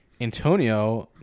Antonio